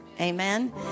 amen